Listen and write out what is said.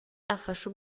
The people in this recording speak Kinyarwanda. afasha